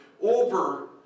over